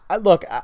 Look